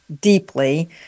deeply